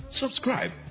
Subscribe